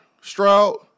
Stroud